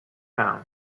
town